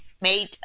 Made